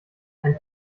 ein